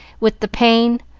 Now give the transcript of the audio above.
wid the pain,